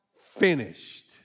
finished